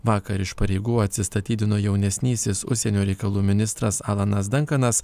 vakar iš pareigų atsistatydino jaunesnysis užsienio reikalų ministras alanas dankanas